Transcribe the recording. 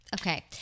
Okay